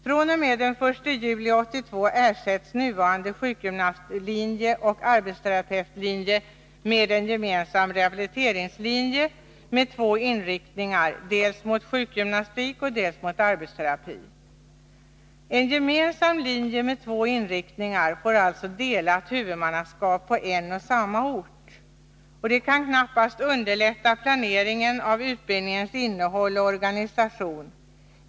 fr.o.m. den 1 juli 1982 ersätts nuvarande sjukgymnastlinje och arbetsterapeutlinje med en gemensam rehabiliteringslinje med två inriktningar, dels mot sjukgymnastik, dels mot arbetsterapi. En gemensam linje med två inriktningar får alltså delat huvudmannaskap på en och samma ort. Detta underlättar knappast planeringen av utbildningensinnehåll och organisation.